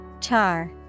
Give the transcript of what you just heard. Char